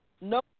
No